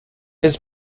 his